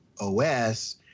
OS